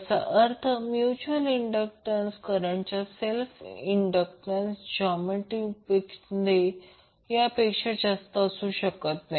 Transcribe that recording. याचा अर्थ mutual inductance करंटच्या सेल्फ इंडक्टॅन्स जॉमेट्री मध्ये यापेक्षा जास्त असू शकत नाही